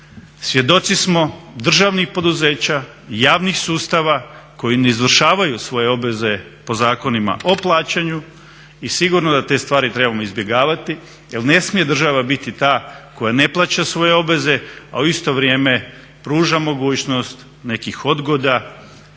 svjedoci smo državnih poduzeća, javnih sustava koji ne izvršavaju svoje obveze po zakonima o plaćanju i sigurno da te stvari trebamo izbjegavati jer ne smije država biti ta koja ne plaća svoje obveze a u isto vrijeme pruža mogućnost nekih odgoda